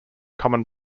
common